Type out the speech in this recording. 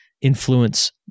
influence